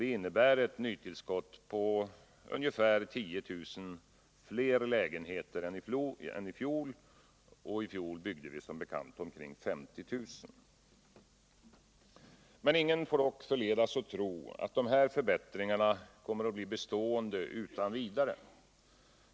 Det innebär ett nytillskott på ca 10 000 fler lägenheter än i fjol — då vi som bekant byggde omkring 50 000. Ingen får dock förledas tro att dessa förbättringar blir bestående utan vidare.